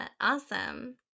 Awesome